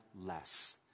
less